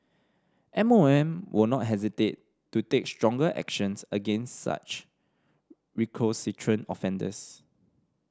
M O M will not hesitate to take stronger actions against such recalcitrant offenders